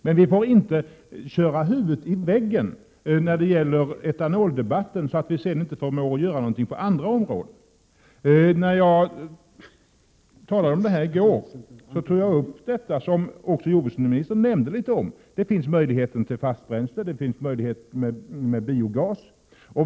Men vi får inte köra huvudet i väggen när det gäller etanoldebatten, så att vi sedan inte förmår göra någonting på andra områden. När jag talade om det här ärendet i går, tog jag upp detta som också jordbruksministern nämnde litet om: Det finns möjlighet till fast bränsle, och det finns möjlighet att använda biogas.